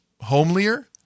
homelier